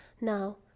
now